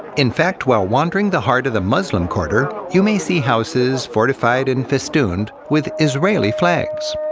in fact, while wandering the heart of the muslim quarter, you may see houses fortified and festooned with israeli flags.